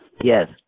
Yes